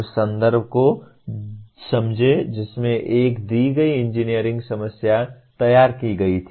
उस संदर्भ को समझें जिसमें एक दी गई इंजीनियरिंग समस्या तैयार की गई थी